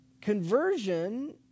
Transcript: Conversion